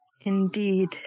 Indeed